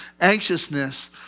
anxiousness